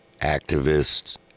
activists